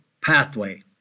pathway